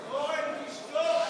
אורן, תשתוק.